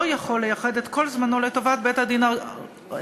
לא יכול לייחד את כל זמנו לטובת בית-הדין הגדול.